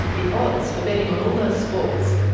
the odds for betting on all those sports.